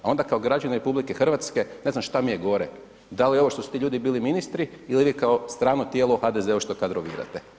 A onda kao građanin RH ne znam šta mi je gore, da li ovo što su ti ljudi bili ministri ili vi kao strano tijelo u HDZ-u što kadrovirate.